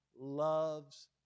loves